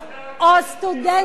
חדר